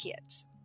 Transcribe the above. kids